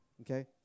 Okay